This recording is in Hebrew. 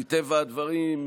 מטבע הדברים,